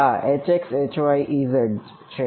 હા HxHyEz છે